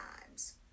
times